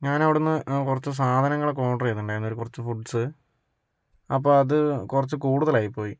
ഞാനവിടുന്ന് കുറച്ച് സാധനങ്ങളൊക്കെ ഓർഡറ് ചെയ്തിട്ടുണ്ടായിരുന്ന് കുറച്ച് ഫുഡ്സ് അപ്പം അത് കുറച്ച് കൂടുതലായിപ്പോയി